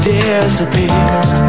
disappears